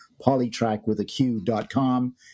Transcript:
polytrackwithaq.com